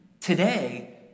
Today